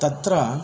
तत्र